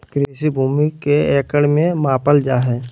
कृषि भूमि के एकड़ में मापल जाय हइ